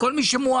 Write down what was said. כל מי שמועמד,